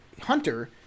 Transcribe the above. Hunter